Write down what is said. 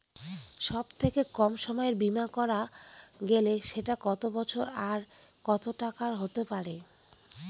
সব থেকে কম সময়ের বীমা করা গেলে সেটা কত বছর আর কত টাকার হতে পারে?